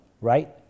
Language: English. right